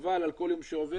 וחבל על כל יום שעובר.